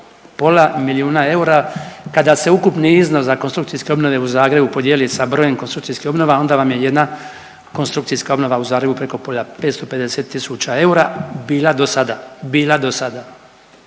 pola milijuna eura. Kada se ukupni iznos za konstrukcijske obnove u Zagrebu podijeli sa brojem konstrukcijskih obnova onda vam je jedna konstrukcijska obnova u Zagrebu preko 550 000 eura bila do sada, bila do sada.